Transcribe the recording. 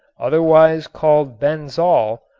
otherwise called benzol,